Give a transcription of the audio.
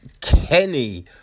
Kenny